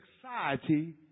society